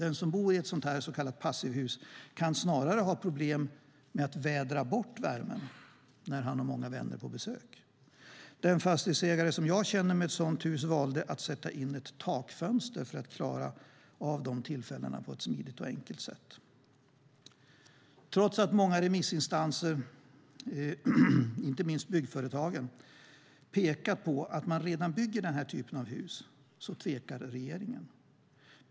Den som bor i ett sådant så kallat passivhus kan snarare ha problem med att vädra bort värmen när man har många vänner på besök. Den fastighetsägare som jag känner som har ett sådant hus valde att sätta in ett takfönster för att klara av de tillfällena på ett smidigt och enkelt sätt. Trots att många remissinstanser, inte minst byggföretagen, pekat på att man redan bygger den typen av hus tvekar regeringen.